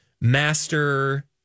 Master